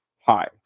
Hi